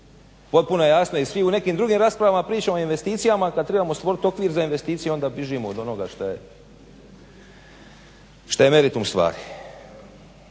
Potpuno je jasno i svi u nekim drugim raspravama pričamo o investicijama, a kad trebamo stvoriti okvir za investicije onda bižimo od onoga šta je meritum stvari.